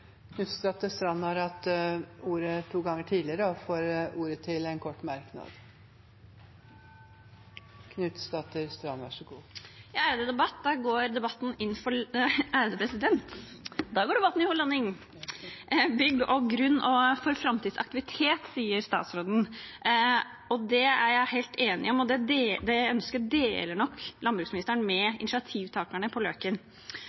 Knutsdatter Strand har hatt ordet to ganger tidligere i debatten og får ordet til en kort merknad, begrenset til 1 minutt. Nå går debatten inn for landing. Finne en løsning for «bygg og grunn» for framtidsaktivitet, sa statsråden. Det er jeg helt enig i, og det ønsket deler nok landbruksministeren med initiativtakerne på Løken.